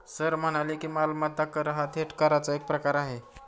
sir म्हणाले की, मालमत्ता कर हा थेट कराचा एक प्रकार आहे